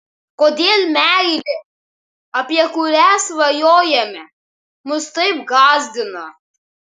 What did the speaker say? kodėl meilė apie kurią svajojame mus taip gąsdina